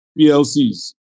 PLCs